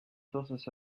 tosses